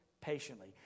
patiently